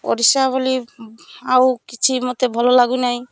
ଓଡ଼ିଶା ବୋଲି ଆଉ କିଛି ମୋତେ ଭଲ ଲାଗୁନାହିଁ